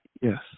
Yes